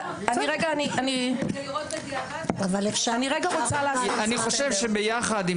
אני חושב שביחד עם